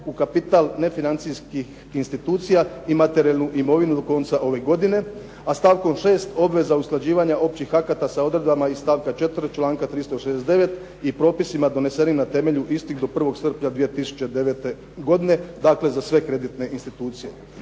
u kapital nefinancijskih institucija i materijalnu imovinu do konca ove godine, a stavkom 6. obveza usklađivanja općih akata sa odredbama iz stavka 4. članka 369. i propisima donesenim na temelju istih do 1. srpnja 2009. godine, dakle za sve kreditne institucije.